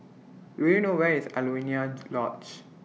Do YOU know Where IS Alaunia Lodge